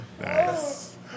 Nice